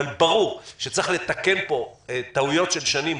אבל ברור שצריך לתקן פה טעויות של שנים,